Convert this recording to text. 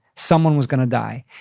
someone was gonna die.